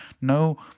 no